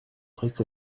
placed